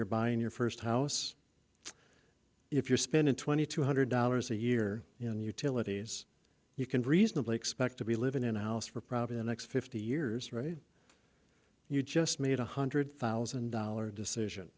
you're buying your first house if you're spending twenty two hundred dollars a year in utilities you can reasonably expect to be living in a house for probably the next fifty years right you just made one hundred thousand dollars decision